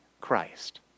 Christ